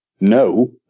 No